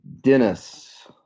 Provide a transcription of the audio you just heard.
Dennis